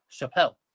Chappelle